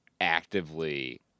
actively